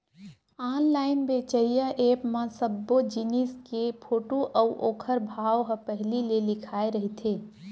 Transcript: online बेचइया app म सब्बो जिनिस के फोटू अउ ओखर भाव ह पहिली ले लिखाए रहिथे